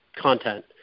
content